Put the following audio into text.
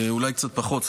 אולי קצת פחות,